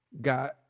got